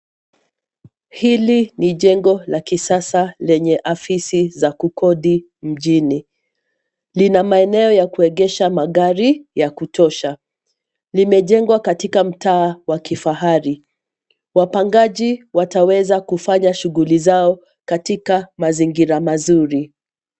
Hili ni jengo la kisasa lenye afisi za kukodi mjini, lina maeneo ya kuegesha magari ya kutosha. Limejengwa katika mtaa wa kifahari. Wapangaji wataweza kufanya shughuli zao katika mazingira mazuri.